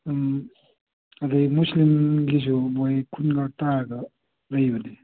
ꯎꯝ ꯑꯗꯒꯤ ꯃꯨꯁꯂꯤꯝꯒꯤꯁꯨ ꯃꯣꯏ ꯈꯨꯟꯒ ꯇꯥꯔꯒ ꯂꯩꯕꯅꯤ